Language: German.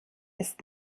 ist